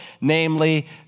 namely